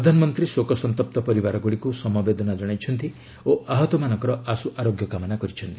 ପ୍ରଧାନମନ୍ତ୍ରୀ ଶୋକସନ୍ତପ୍ତ ପରିବାରଗୁଡ଼ିକୁ ସମବେଦନା ଜଣାଇଛନ୍ତି ଓ ଆହତମାନଙ୍କର ଆଶୁ ଆରୋଗ୍ୟ କାମନା କରିଛନ୍ତି